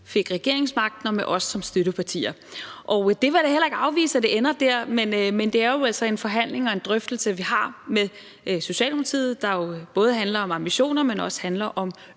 fik regeringsmagten og med os som støttepartier. Jeg vil da heller ikke afvise, at det ender der, men det er altså en forhandling og en drøftelse, vi har med Socialdemokratiet, der jo både handler om ambitioner, men også handler om